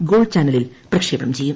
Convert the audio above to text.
gold ചാനലിൽ പ്രക്ഷേപണം ചെയ്യും